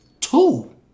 two